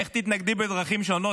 איך תתנגדי בדרכים שונות?